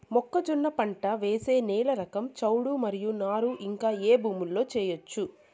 మొక్కజొన్న పంట వేసే నేల రకం చౌడు మరియు నారు ఇంకా ఏ భూముల్లో చేయొచ్చు?